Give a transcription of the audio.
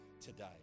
today